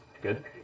good